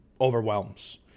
overwhelms